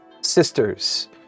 sisters